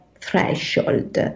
threshold